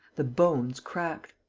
the bones cracked.